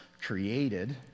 created